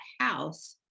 house